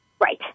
Right